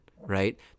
right